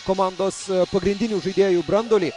komandos pagrindinių žaidėjų branduolį